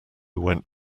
went